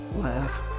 Laugh